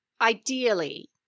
ideally